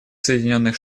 соединенных